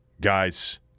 guys